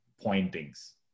pointings